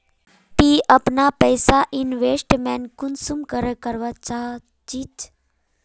ती अपना पैसा इन्वेस्टमेंट कुंसम करे करवा चाँ चची?